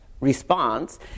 response